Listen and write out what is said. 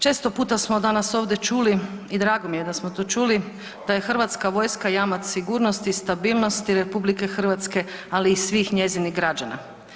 Često puta smo danas ovdje čuli i drago mi je da smo to čuli da je Hrvatska vojska jamac sigurnosti, stabilnosti RH, ali i svih njezinih građana.